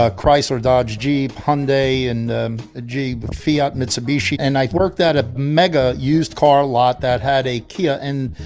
ah chrysler, dodge, jeep, hyundai and jeep, fiat, mitsubishi. and i worked at a mega used car lot that had a kia and,